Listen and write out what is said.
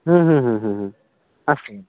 হুম হুম হুম হুম হুম আসুন